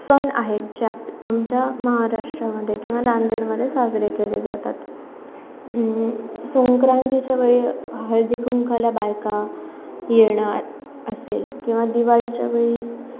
सण आहेत ज्या आप आमच्या महाराष्ट्रामध्ये किंवा नांदेडमध्ये साजरे केले जातात संक्रांतीच्या वेळी हळदीकुंकवाला बायका येणं असेल किंवा दिवाळीच्या वेळी